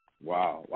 Wow